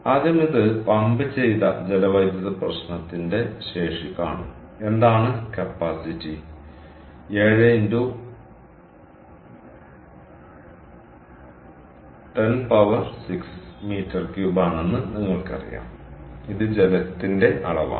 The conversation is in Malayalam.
ആദ്യം ഇത് പമ്പ് ചെയ്ത ജലവൈദ്യുത പ്രശ്നത്തിന്റെ ശേഷി കാണും എന്താണ് കപ്പാസിറ്റി 7x 106 m3 ആണെന്ന് നിങ്ങൾക്കറിയാം ഇത് ജലത്തിന്റെ അളവാണ്